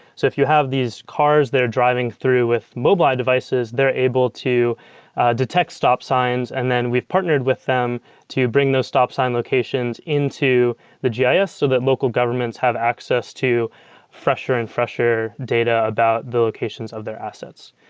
so if you have these cars, they're driving through with mobileye devices, they're able to detect stop signs. and then we've partnered with them to bring the stop sign locations into the gis so that local governments have access to fresher and fresher data about the locations of their assets.